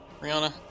Rihanna